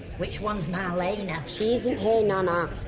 which one's marlene? ah she isn't here, nana.